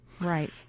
Right